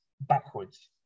backwards